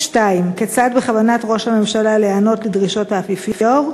2. כיצד בכוונת ראש הממשלה להיענות לדרישות האפיפיור?